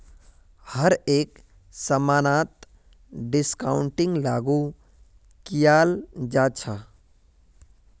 हर एक समानत डिस्काउंटिंगक लागू कियाल जा छ